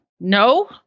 no